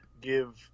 give